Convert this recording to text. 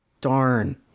darn